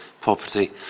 property